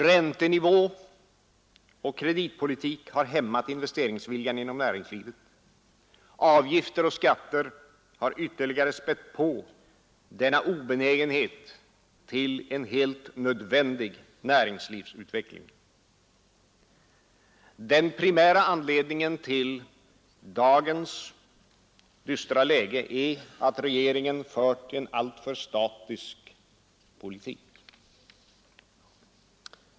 Räntenivå och kreditpolitik har hämmat investeringsviljan inom näringslivet. Avgifter och skatter har ytterligare spätt på denna obenägenhet till en helt nödvändig näringslivsutveckling. Den primära anledningen till dagens dystra läge är att regeringen fört en alltför statisk ekonomisk politik.